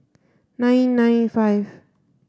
nine nine five